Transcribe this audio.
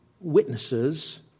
witnesses